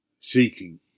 seeking